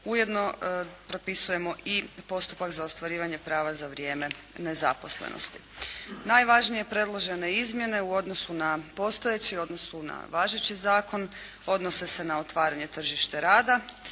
Ujedno propisujemo i postupak za ostvarivanje prava za vrijeme nezaposlenosti. Najvažnije predložene izmjene u odnosu na postojeće, u odnosu na važeći zakon odnose se na otvaranje tržište rada